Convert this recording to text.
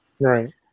Right